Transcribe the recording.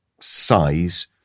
size